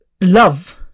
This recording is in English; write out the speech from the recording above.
love